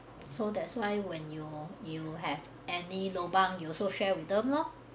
so that's why when you you have any lobang you also share with them lor